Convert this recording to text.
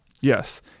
Yes